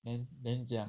then then 怎么样